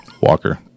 Walker